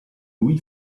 lui